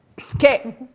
Okay